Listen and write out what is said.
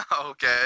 Okay